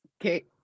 Okay